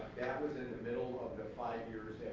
was in the middle of the five years